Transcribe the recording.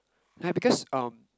because um